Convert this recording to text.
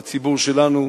מהציבור שלנו,